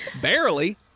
barely